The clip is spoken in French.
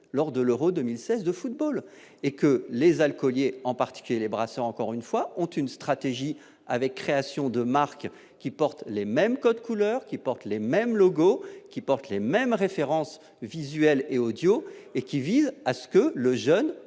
lors de l'Euro 2016 de football et que les alcooliers en particulier les bras, c'est encore une fois, ont une stratégie avec création de marque qui portent les mêmes codes couleurs qui portent les mêmes logos qui portent les mêmes références visuelles et Audio et qui vise à ce que le jeune